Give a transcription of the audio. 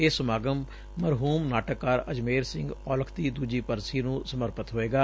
ਇਹ ਸਮਾਗਮ ਮਰਹੂਮ ਨਾਟਕਕਾਰ ਅਜੂਮੇਰ ਸਿੰਘ ਔਲਖ ਦੀ ਦੂਜੀ ਬਰਸੀ ਨੂੰ ਸਮਰਪਿਤ ਹੋਵੇਗਾ